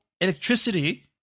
electricity